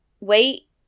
wait